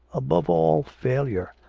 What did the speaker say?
above all, failure.